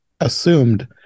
assumed